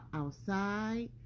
outside